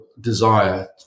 desire